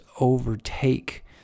overtake